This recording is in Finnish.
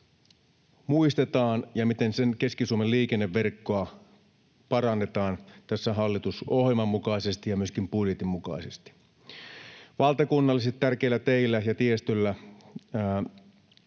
muistetaan ja miten Keski-Suomen liikenneverkkoa parannetaan tässä hallitusohjelman mukaisesti ja myöskin budjetin mukaisesti. Valtakunnallisesti tärkeillä teillä ja tiestöllä